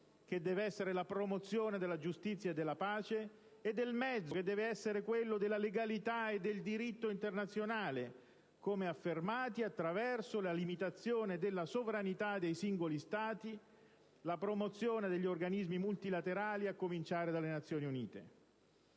che deve essere la promozione della giustizia e della pace, e dal mezzo, che deve essere quello della legalità e del diritto internazionale come affermati attraverso la limitazione della sovranità dei singoli Stati e la promozione degli organismi multilaterali, a cominciare dalle Nazioni Unite.